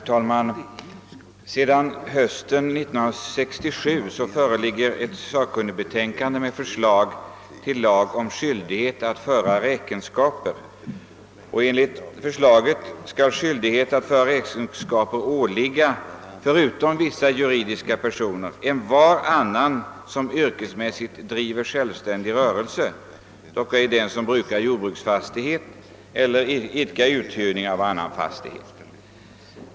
Herr talman! Sedan hösten 1967 föreligger ett sakkunnigbetänkande med förslag till lag om skyldighet att föra räkenskaper. Enligt förslaget skulle skyldighet att föra räkenskaper åligga förutom vissa juridiska personer envar annan som yrkesmässigt driver självständig rörelse, dock ej den som brukar jordbruksfastighet eller idkar uthyrning av annan fastighet.